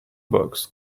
box